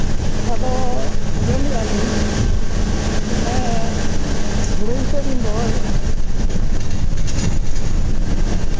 ᱟᱫᱚ ᱟᱸᱡᱚᱢᱮᱜᱼᱟ ᱞᱤᱧ ᱢᱟᱱᱮ ᱦᱳᱲᱳ ᱤᱛᱟᱹ ᱵᱤᱱ ᱫᱚᱦᱚᱭᱮᱜᱼᱟ